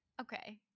Okay